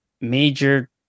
major